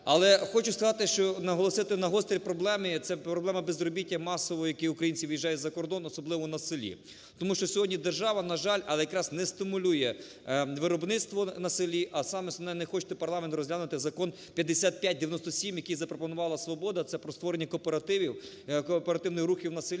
Але хочу сказати, наголосити на гострій проблемі – це проблема безробіття масового, коли українці виїжджають за кордон, особливо на селі, тому що сьогодні держава, на жаль, але якраз не стимулює виробництво на селі, а саме основне, не хоче парламент розглянути Закон 5597, який запропонувала "Свобода", це про створення кооперативів, кооперативних рухів на селі,